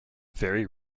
very